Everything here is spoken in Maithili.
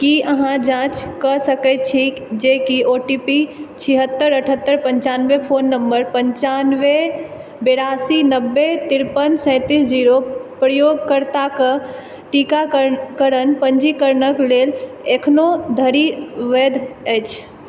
की अहाँ जाँच कऽ सकै छी जे की ओ टी पी छिहत्तरि अठहत्तरि पनचानवे फोन नम्बर पनचानवे बेरासी नब्बे तिरपन सैँतिस जीरो प्रयोगकर्ताके टीकाकरण पञ्जीकरणके लेल एखनो धरि वैध अछि